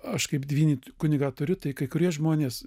aš kaip dvynį kunigą turiu tai kai kurie žmonės